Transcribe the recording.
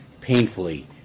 painfully